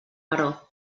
però